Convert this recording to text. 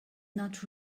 not